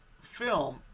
film